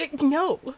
No